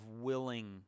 willing